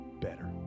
better